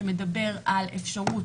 שמדבר על אפשרות